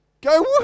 go